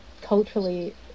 culturally